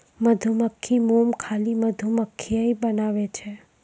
मधुमक्खी मोम खाली मधुमक्खिए बनाबै छै